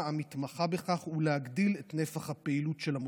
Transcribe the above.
המתמחה ובכך להגדיל את נפח הפעילות של המוסד.